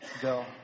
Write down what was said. go